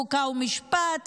חוק ומשפט.